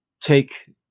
take